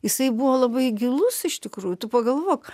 jisai buvo labai gilus iš tikrųjų tu pagalvok